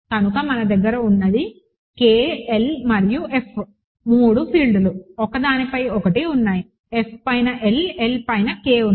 కనుక మన దగ్గర ఉన్నది K L మరియు F 3 ఫీల్డ్లు ఒకదానిపై ఒకటి ఉన్నాయి F పైన L L పైన K ఉంది